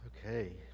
Okay